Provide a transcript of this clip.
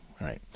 right